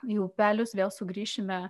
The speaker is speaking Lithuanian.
į upelius vėl sugrįšime